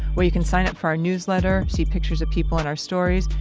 where you can sign up for our newsletter, see pictures of people in our stories,